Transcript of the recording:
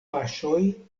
paŝoj